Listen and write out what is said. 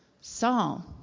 Saul